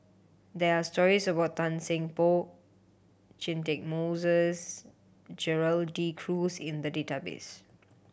there are stories about Tan Seng Poh Catchick Moses Gerald De Cruz in the database